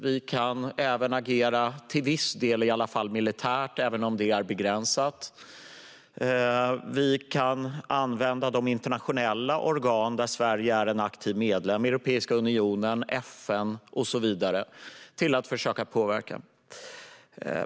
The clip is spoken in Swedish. Vi kan även, åtminstone till viss del, agera militärt. Vi kan använda de internationella organ där Sverige är en aktiv medlem - Europeiska unionen, FN och så vidare - för att försöka påverka.